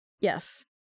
Yes